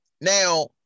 Now